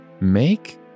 Make